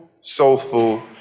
soulful